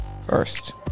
first